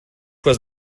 was